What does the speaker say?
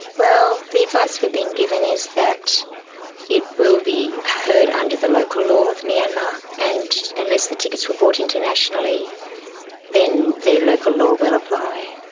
well, the advice we've been given is that it will be heard under the local law of myanmar, and unless the tickets were bought internationally then their local law will apply.